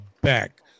back